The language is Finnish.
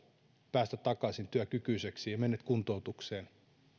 päästä takaisin työkykyiseksi ja menet kuntoutukseen